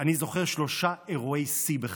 אני זוכר שלושה אירועי שיא בחיי,